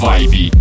Vibe